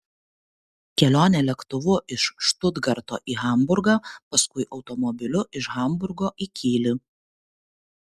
kelionė lėktuvu iš štutgarto į hamburgą paskui automobiliu iš hamburgo į kylį